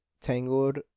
tangled